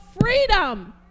freedom